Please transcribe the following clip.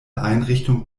einrichtung